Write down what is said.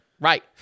right